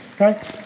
okay